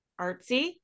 artsy